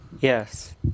yes